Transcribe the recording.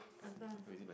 I don't